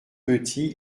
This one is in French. petits